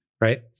right